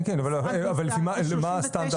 כן, כן, אבל לפי מה, מה הסטנדרט?